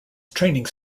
training